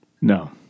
no